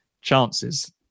chances